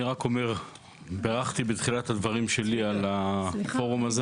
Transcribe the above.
אני רק אומר, בירכתי בהתחלה על הפורום הזה